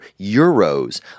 euros